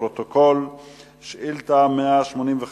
יעקב כץ שאל את שר הפנים ביום ז'